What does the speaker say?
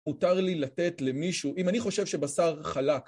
נותר לי לתת למישהו, אם אני חושב שבשר חלק.